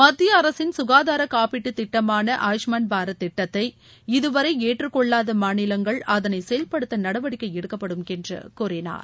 மத்திய அரசின் சுகாதார காப்பீட்டுத் திட்டமான ஆயுஷ்மாண் பாரத் திட்டத்தை இதுவரை ஏற்றுக்கொள்ளாத மாநிலங்கள் அதனை செயல்படுத்த நடவடிக்கை எடுக்கப்படும் என்று கூறினார்